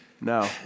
no